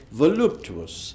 voluptuous